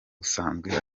usanzwe